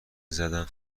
زدم